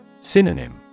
Synonym